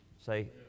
Say